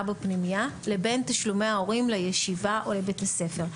בפנימייה לבין תשלומי ההורים לישיבה או לבית הספר.